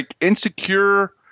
insecure